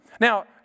Now